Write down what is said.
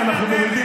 מה עם סינגפור?